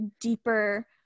deeper